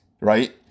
right